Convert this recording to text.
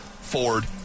Ford